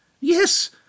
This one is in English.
Yes